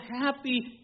happy